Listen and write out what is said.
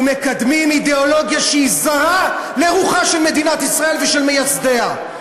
ומקדמים אידיאולוגיה שהיא זרה לרוחה של מדינת ישראל ולרוחם של מייסדיה.